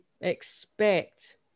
expect